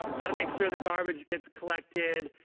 how to make sure the garbage gets collected,